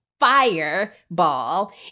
Fireball